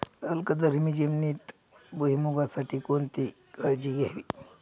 अल्कधर्मी जमिनीत भुईमूगासाठी कोणती काळजी घ्यावी?